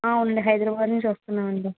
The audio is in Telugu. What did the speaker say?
అవునండి హైదరాబాద్ నుంచి వస్తున్నాం అండి